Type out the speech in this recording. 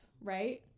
right